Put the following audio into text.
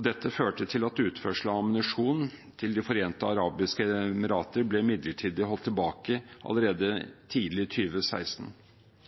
Dette førte til at utførsel av ammunisjon til De forente arabiske emirater ble midlertidig holdt tilbake allerede tidlig